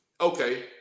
okay